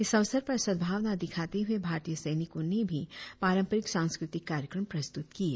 इस अवसर पर सदभावना दिखाते हुए भारतीय सैनिको ने भी पांरपरिक सांस्कृतिक कार्यक्रम प्रस्तुत किए